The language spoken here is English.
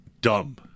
dumb